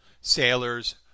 sailors